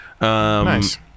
Nice